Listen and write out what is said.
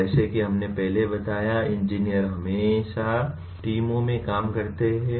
जैसा कि हमने पहले बताया इंजीनियर हमेशा टीमों में काम करते हैं